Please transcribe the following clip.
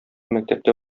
мәктәптә